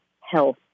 health